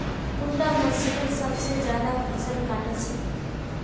कुंडा मशीनोत सबसे ज्यादा फसल काट छै?